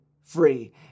free